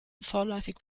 vorläufig